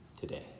today